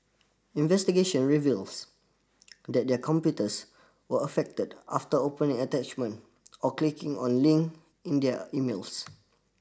investigation reveals that their computers were affected after opening attachment or clicking on link in their emails